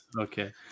Okay